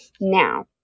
Now